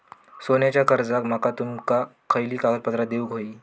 सोन्याच्या कर्जाक माका तुमका खयली कागदपत्रा देऊक व्हयी?